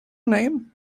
name